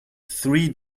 three